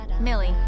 Millie